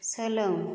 सोलों